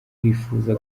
bifuza